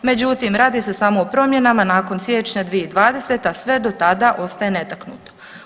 Međutim, radi se samo o promjenama nakon siječnja 2020., a sve do tada ostaje netaknuto.